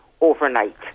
overnight